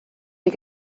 die